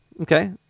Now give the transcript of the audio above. Okay